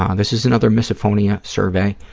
um this is another misophonia survey,